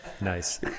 nice